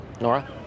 Nora